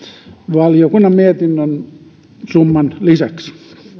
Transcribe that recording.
valiokunnan mietinnön summan lisäksi